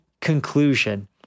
conclusion